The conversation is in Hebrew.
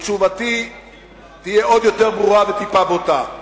ותשובתי תהיה עוד יותר ברורה וטיפה בוטה.